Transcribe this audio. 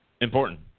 Important